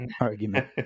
argument